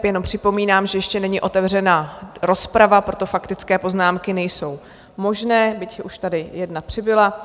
Jenom připomínám, že ještě není otevřena rozprava, proto faktické poznámky nejsou možné, byť už tady jedna přibyla.